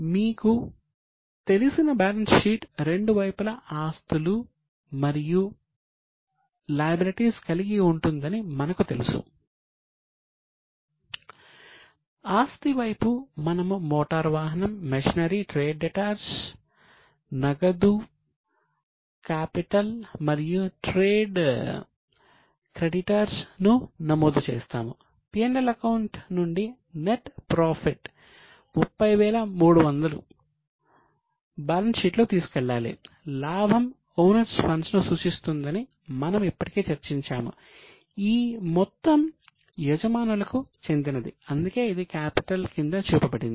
మీకు తెలిసిన balance sheet రెండు వైపుల ఆస్తులు క్రింద చూపబడింది